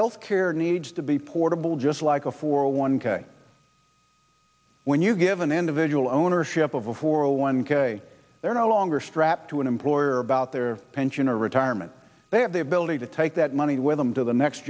health care needs to be portable just like a four hundred one k when you give an individual ownership of a four hundred one k they're no longer strapped to an employer about their pension or retirement they have the ability to take that money with them to the next